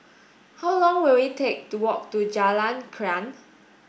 how long will it take to walk to Jalan Krian